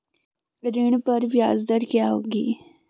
ऋण पर ब्याज दर क्या होगी?